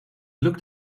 looked